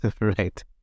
Right